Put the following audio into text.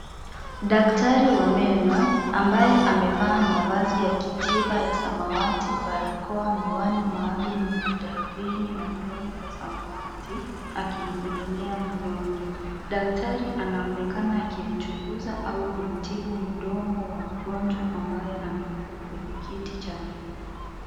Daktari wa meno ambaye amevaa mavazi ya kitiba ya samawati ,barakoa ,miwano maalum nidharunini na za zamani akihudumiwma mgonjwa daktari a anaonekana akimchinguza au kumtibu wa mgonjwa ambaye amelala kwenye kiti vha meno.